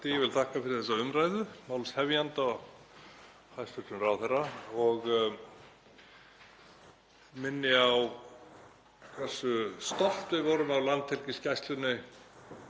forseti. Ég vil þakka fyrir þessa umræðu, málshefjanda og hæstv. ráðherra. Ég minni á hversu stolt við vorum af Landhelgisgæslunni,